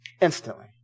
instantly